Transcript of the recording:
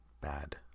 bad